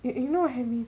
do you know what I mean